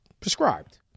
prescribed